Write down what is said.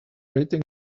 rating